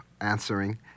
answering